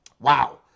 Wow